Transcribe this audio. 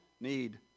need